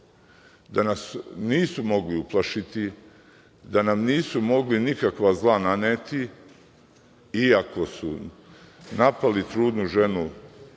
da nas nisu mogli uplašiti, da nam nisu mogli nikakva zla naneti iako su napali trudnu ženu